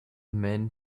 man